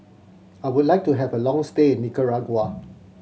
I would like to have a long stay in Nicaragua